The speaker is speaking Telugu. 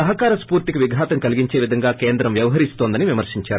సహకార స్పూర్తికి విఘాతం కలిగించే విధంగా కేంద్రం వ్యవహరిస్తోందని విమర్పించారు